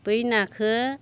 बै नाखौ